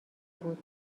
بود